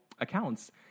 accounts